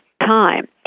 time